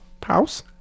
Pause